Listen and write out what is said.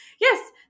yes